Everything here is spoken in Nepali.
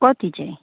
कति चाहिँ